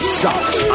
sucks